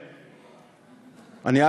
אני,